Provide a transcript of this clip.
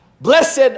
Blessed